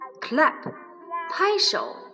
clap,拍手